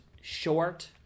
short